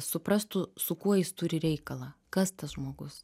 suprastų su kuo jis turi reikalą kas tas žmogus